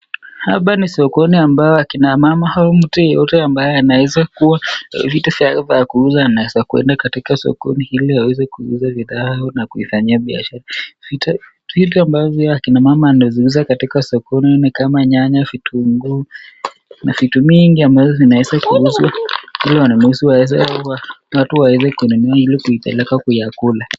Hapa ni sokoni ambapo kina mama au mtu yeyote ambaye anaweza kuwa na vitu za kuuza anaweza kuenda sokoni ili aweze kuuza bidhaa au na kufanyia biashara, vitu ambavyo kina mama wanavyuza sokoni nk kaka nyanya, vitunguu , na vitu mingi ambazo zinaweza kuuzwa ili watu waweze kuinunua ili waipeleke kuyakula.